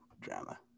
drama